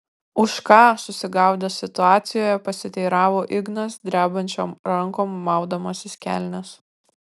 už ką susigaudęs situacijoje pasiteiravo ignas drebančiom rankom maudamasis kelnes